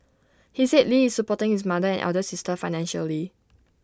he said lee is supporting his mother and elder sister financially